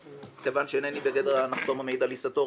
כיוון שאינני בגדר הנחתום המעיד על עיסתו,